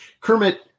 Kermit